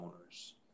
owners